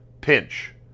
pinch